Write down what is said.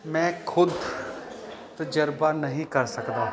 ਮੈਂ ਖੁਦ ਤਜਰਬਾ ਨਹੀਂ ਕਰ ਸਕਦਾ